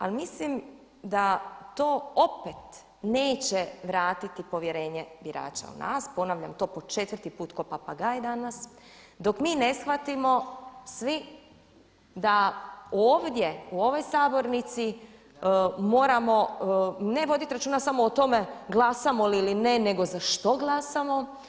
Ali mislim da to opet neće vratiti povjerenje birača u vlast, ponavljam to po četvrti put kao papagaj danas, dok mi ne shvatimo svi da ovdje u ovoj sabornici moramo ne voditi računa samo o tome glasamo li ili ne nego za što glasamo.